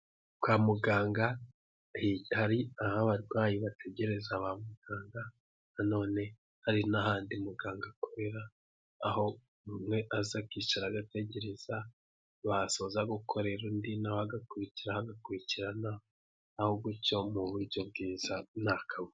Kwa muganga hari aho abarwayi bategereza ba muganga na none hari n'ahandi muganga akorera, aho umwe azakicara agategereza, basoza gukorera undi nawe agakurikiraho agakurikirana aho gutyo mu buryo bwiza nta kabuza.